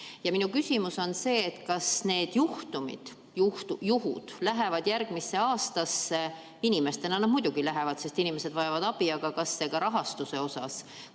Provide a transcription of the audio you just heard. Minu küsimus on see: kas need juhtumid kanduvad järgmisse aastasse? Inimestena nad muidugi kanduvad, sest inimesed vajavad abi, aga kas see ka rahastuse osas